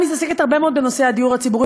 את מתעסקת הרבה מאוד בנושא הדיור הציבורי,